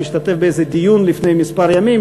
שהשתתף באיזה דיון לפני מספר ימים,